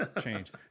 change